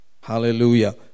Hallelujah